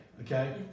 okay